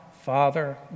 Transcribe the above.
Father